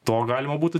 to galima būtų